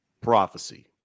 prophecy